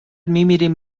میمیریم